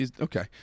Okay